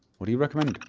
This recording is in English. what do you recommend?